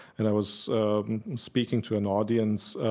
and i was speaking to an audience,